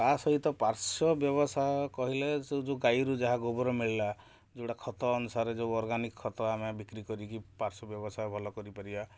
ତା'ସହିତ ପାର୍ଶ୍ଵ ବ୍ୟବସାୟ କହିଲେ ସେ ଯେଉଁ ଗାଈରୁ ଯାହା ଗୋବର ମିଳିଲା ଯେଉଁଡ଼ା ଖତ ଅନୁସାରେ ଯେଉଁ ଅର୍ଗାନିକ୍ ଖତ ଆମେ ବିକ୍ରି କରିକି ପାର୍ଶ୍ଵ ବ୍ୟବସାୟ ଭଲ କରିପାରିବା